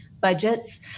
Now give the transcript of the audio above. budgets